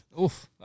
Oof